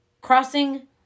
crossing